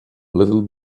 little